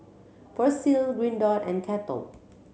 Persil Green Dot and Kettle